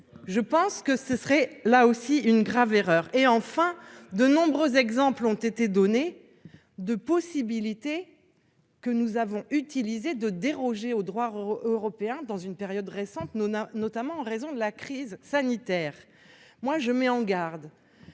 Je pense que ce serait là aussi une grave erreur et enfin de nombreux exemples ont été donnés de possibilités. Que nous avons utilisées de déroger au droit européen, dans une période récente Nona notamment en raison de la crise sanitaire. Moi je mets en garde.